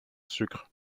sucre